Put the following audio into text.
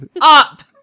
up